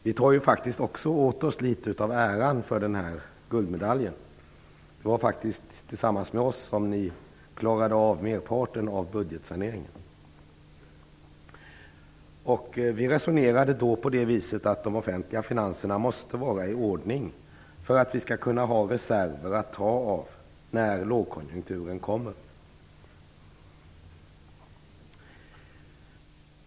Vi tar ju faktiskt också åt oss litet av äran av guldmedaljen. Det var faktiskt tillsammans med oss som ni klarade av merparten av budgetsaneringen. Vi resonerade då på det viset att de offentliga finanserna måste vara i ordning för att vi skall kunna ha reserver att ta av när lågkonjunkturen kommer.